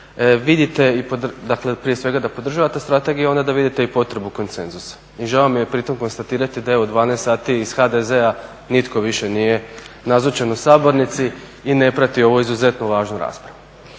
vidite i prije svega podržavate strategiju, a onda da vidite i potrebu konsenzusa. Žao mi je pri tome konstatirati da evo 12 sati iz HDZ-a nitko više nije nazočan u sabornici i ne prati ovu izuzetno važnu raspravu.